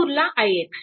आता उरला ix